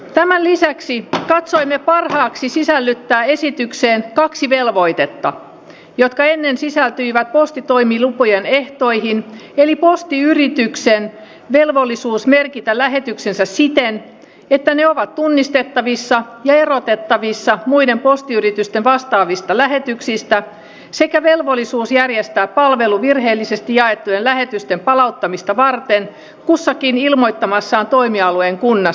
tämän lisäksi katsoimme parhaaksi sisällyttää esitykseen kaksi velvoitetta jotka ennen sisältyivät postitoimilupien ehtoihin eli postiyrityksen velvollisuus merkitä lähetyksensä siten että ne ovat tunnistettavissa ja erotettavissa muiden postiyritysten vastaavista lähetyksistä sekä velvollisuus järjestää palvelu virheellisesti jaettujen lähetysten palauttamista varten kussakin ilmoittamassaan toimialueen kunnassa